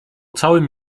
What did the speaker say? całym